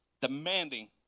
Demanding